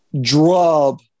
drub